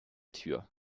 tür